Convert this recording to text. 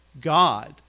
God